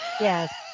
Yes